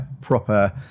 proper